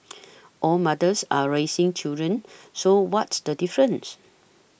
all mothers are raising children so what's the difference